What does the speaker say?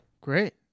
Great